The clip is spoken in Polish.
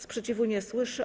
Sprzeciwu nie słyszę.